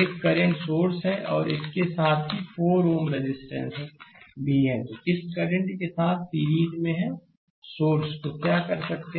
एक current source है और इसके साथ ही 4 Ω रेजिस्टेंस भी है इस करंट के साथ सीरीज में है सोर्स तो क्या कर सकते हैं